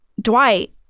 Dwight